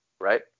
Right